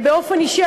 באופן אישי,